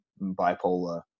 bipolar